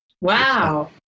Wow